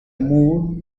moor